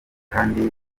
kandi